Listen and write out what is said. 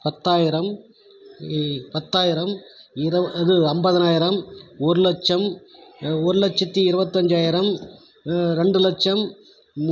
பத்தாயிரம் பத்தாயிரம் இருப ஐம்பதனாயரம் ஒரு லட்சம் ஒரு லட்சத்து இருபத்தைஞ்சாயிரம் ரெண்டு லட்சம்